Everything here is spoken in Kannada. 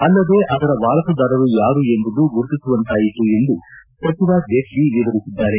ಅಲ್ಲದೇ ಅದರ ವಾರಸುದಾರರು ಯಾರು ಎಂಬುದು ಗುರುತಿಸುವಂತಾಯಿತು ಎಂದು ಸಚಿವ ಜೇಟ್ಲ ವಿವರಿಸಿದ್ದಾರೆ